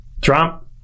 Trump